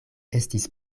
estis